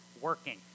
working